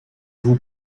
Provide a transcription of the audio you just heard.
vous